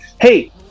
Hey